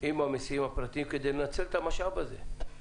עם המסיעים הפרטיים כדי לנצל את המשאב הזה.